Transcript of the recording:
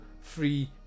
free